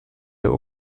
der